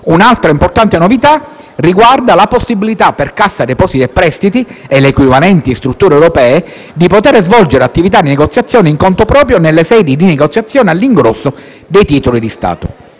Un'altra importante novità riguarda la possibilità, per la Cassa depositi e prestiti e le equivalenti strutture europee, di svolgere attività di negoziazione in conto proprio nelle sedi di negoziazione all'ingrosso dei titoli di Stato.